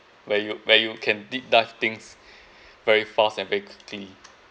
where you where you can deep dive things very fast and very quickly